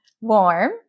Warm